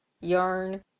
yarn